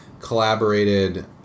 collaborated